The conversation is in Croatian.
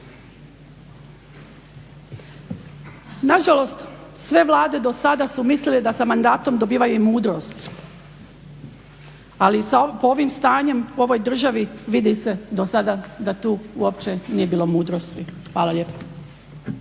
Nažalost, sve vlade dosada su mislile da sa mandatom dobivaju i mudrost, ali ovim stanjem u ovoj državi vidi se dosada da tu uopće nije bilo mudrosti. Hvala lijepa.